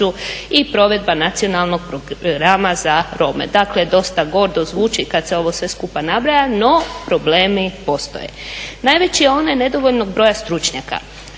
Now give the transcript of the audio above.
i provedba Nacionalnog programa za Rome. Dakle, dosta gordo zvuči kad se ovo sve skupa nabraja, no problemi postoje. Najveći je onaj nedovoljnog broja stručnjaka,